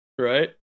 Right